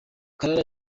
karara